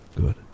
good